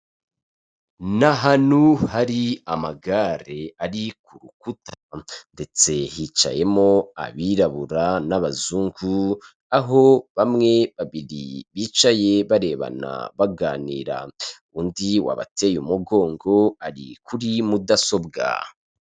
Ni ahantu hari amagare ari ku rukuta ndetse hicayemo abirabura n'abazungu, aho bamwe babiri bicaye barebana baganira, undi wabateye umugongo ari kuri mudasobwa.